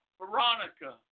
Veronica